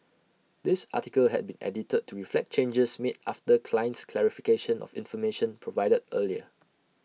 this article had been edited to reflect changes made after client's clarification of information provided earlier